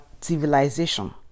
civilization